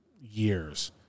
years